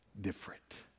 different